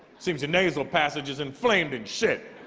seems your nasal passage's inflamed and shit